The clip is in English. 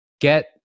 get